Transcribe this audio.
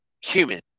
human